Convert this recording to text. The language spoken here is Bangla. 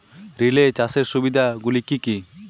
রিলে চাষের সুবিধা গুলি কি কি?